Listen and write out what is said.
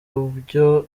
ibyo